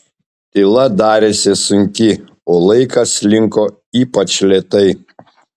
tyla darėsi sunki o laikas slinko ypač lėtai